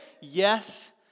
Yes